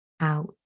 out